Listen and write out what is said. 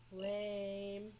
Lame